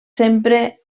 sempre